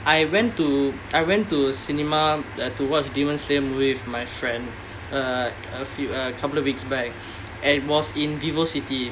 I went to I went to cinema uh to watch demon slayer movie with my friend uh a few a couple of weeks back and it was in VivoCity